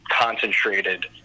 concentrated